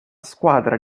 squadra